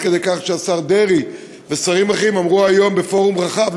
עד כדי כך שהשר דרעי ושרים אחרים אמרו היום בפורום רחב,